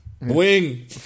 Wing